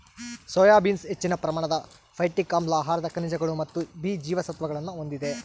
soya beans ಹೆಚ್ಚಿನ ಪ್ರಮಾಣದ phytic ಆಮ್ಲ ಆಹಾರದ ಖನಿಜಗಳು ಮತ್ತು ಬಿ ಜೀವಸತ್ವಗುಳ್ನ ಹೊಂದಿದೆ